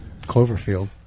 Cloverfield